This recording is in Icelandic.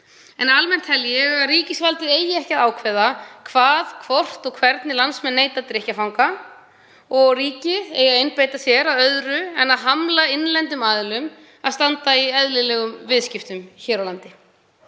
Almennt tel ég að ríkisvaldið eigi ekki að ákveða hvað, hvort og hvernig landsmenn neyta drykkjarfanga og að ríkið eigi að einbeita sér að öðru en að hamla innlendum aðilum að standa í eðlilegum viðskiptum hér á landi.